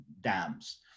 dams